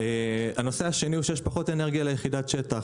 הנושא השני הוא שיש פחות אנרגיה ליחידת שטח.